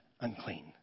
unclean